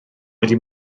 wedi